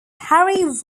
harry